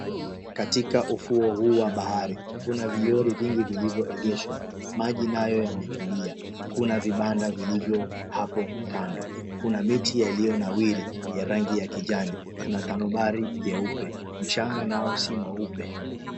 Katika ufuo huu wa bahari kuna vilori vingi vilivyoegeshwa. Maji nayo yametulia, kuna vibanda vilivyo hapo kando, kuna miti yaliyonawiri ya rangi ya kijani, kuna tanobari jeupe mchanga nao si mweupe.